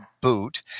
boot